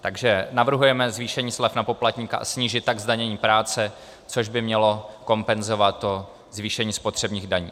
Takže navrhujeme zvýšení slev na poplatníka, a snížit tak zdanění práce, což by mělo kompenzovat zvýšení spotřebních daní.